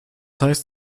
heißt